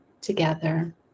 together